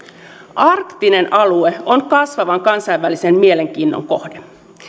arktinen alue on kasvavan kansainvälisen mielenkiinnon kohde